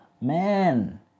man